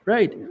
Right